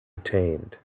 retained